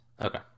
Okay